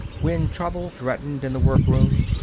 when trouble threatened in the workroom,